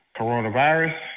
coronavirus